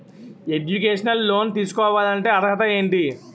Educational loan తీసుకోవాలంటే అర్హత ఏంటి?